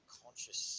conscious